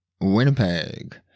Winnipeg